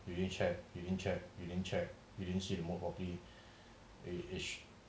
you didn't check you didn't check you didn't check you didn't see it more probably